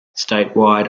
statewide